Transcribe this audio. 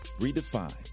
redefined